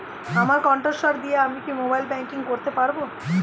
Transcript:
আমার কন্ঠস্বর দিয়ে কি আমি মোবাইলে ব্যাংকিং করতে পারবো?